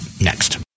next